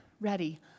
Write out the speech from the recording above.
ready